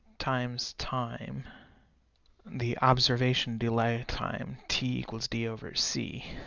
times time the observation delay time t equals d over c.